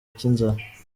cy’inzara